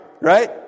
right